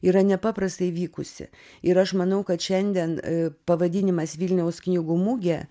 yra nepaprastai vykusi ir aš manau kad šiandien pavadinimas vilniaus knygų mugė